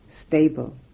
stable